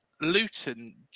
luton